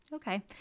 Okay